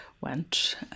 went